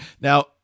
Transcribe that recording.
Now